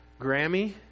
Grammy